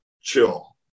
chill